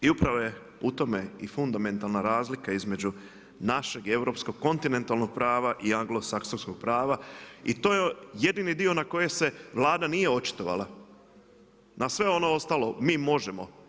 I upravo je u tome i fundamentalna razlika između našeg i kontinentalnog prava i anglosaksonskog prava i to je jedini dio na koji se Vlada nije očitovala, na sve ono ostalo mi možemo.